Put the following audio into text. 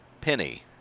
penny